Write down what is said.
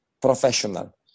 professional